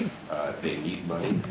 they need money.